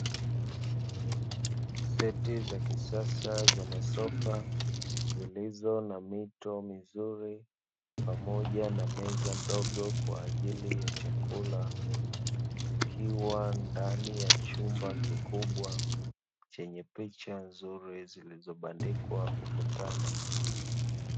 Seti za kisasa za masofa, zilizo na mito mizuri pamoja na meza ndogo kwa ajili ya chakula, zikiwa ndani ya chumba kikubwa, chenye picha nzuri zilizobandikwa ukutani.